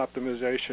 optimization